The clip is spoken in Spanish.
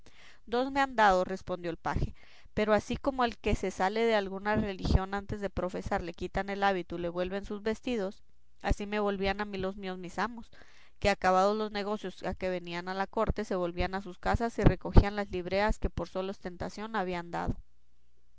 dos me han dado respondió el paje pero así como el que se sale de alguna religión antes de profesar le quitan el hábito y le vuelven sus vestidos así me volvían a mí los míos mis amos que acabados los negocios a que venían a la corte se volvían a sus casas y recogían las libreas que por sola ostentación habían dado